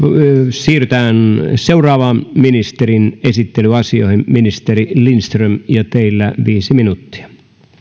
siirrytään seuraavan ministerin esittelyasioihin ministeri lindström ja teillä on viisi minuuttia